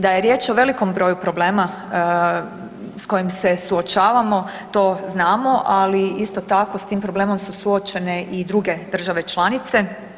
Da je riječ o velikom broju problema s kojim se suočavamo to znamo, ali isto tako s tim problemom su suočene i druge države članice.